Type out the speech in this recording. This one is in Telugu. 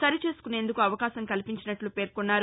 సరి చేసుకునేందుకు అవకాశం కల్పించినట్ల పేర్కొన్నారు